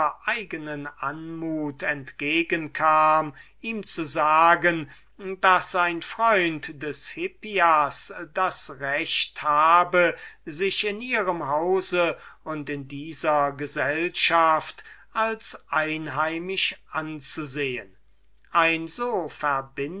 war entgegen kam und ihm sagte daß ein freund des hippias das recht habe sich in ihrem hause und in dieser gesellschaft als einheimisch anzusehen ein